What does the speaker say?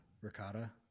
Ricotta